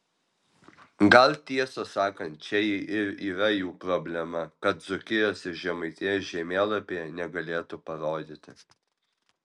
gal tiesą sakant čia ir yra jų problema kad dzūkijos ir žemaitijos žemėlapyje negalėtų parodyti